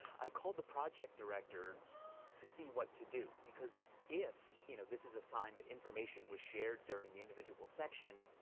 i called the project director to see what to do because if, you know, this is a sign that information were shared during the individual section,